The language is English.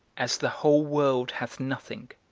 as the whole world hath nothing,